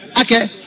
Okay